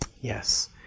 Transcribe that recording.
Yes